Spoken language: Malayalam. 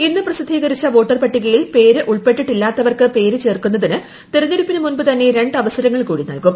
ഇന്ന് പ്രസ്ട്രിദ്ധീക്രിച്ച വോട്ടർ പട്ടികയിൽ പേര് ഉൾപ്പെട്ടിട്ടില്ലാത്തവർക്ക് പ്പേര് ചേർക്കുന്നതിന് തിരഞ്ഞെടുപ്പിനു മുമ്പ് തന്നെ രണ്ട് അവസരങ്ങൾ കൂടി നൽകും